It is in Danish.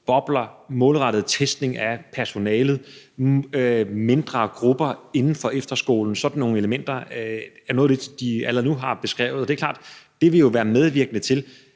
bobler, målrettet testning af personalet, mindre grupper inden for efterskolen. Sådan nogle elementer er noget af det, de allerede nu har beskrevet. Det er klart, at det jo vil være medvirkende til,